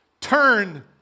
Turn